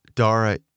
Dara